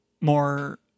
more